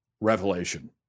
revelation